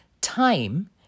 time